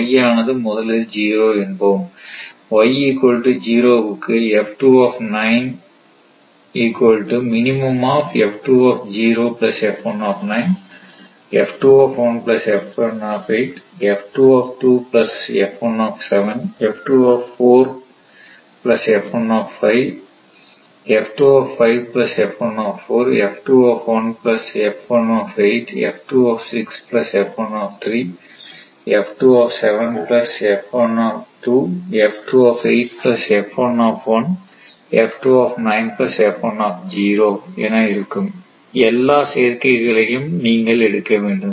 y ஆனது முதலில் 0 என்போம் y0 க்கு எல்லா சேர்க்கைகளையும் நீங்கள் எடுக்க வேண்டும்